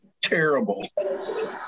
Terrible